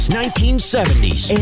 1970s